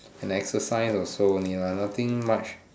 and exercise also only lah nothing much